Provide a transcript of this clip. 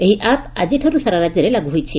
ଏହି ଆପ୍ ଆଜିଠାରୁ ସାରା ରାଜ୍ୟରେ ଲାଗୁ ହୋଇଛି